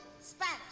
Spanish